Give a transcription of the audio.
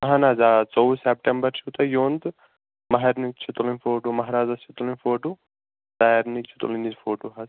اہن حظ آ ژوٚوُہ سیٚپٹیٚمبر چھو تۄہہِ یُن تہٕ ماہرنیٚن چھِ تُلٕنۍ فوٹو ماہرازس چھِ تُلٕنۍ فوٹو سارنٕے چھِ تُلٕنۍ ییٚتہِ فوٹو حظ